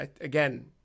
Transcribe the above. again